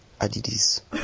Adidas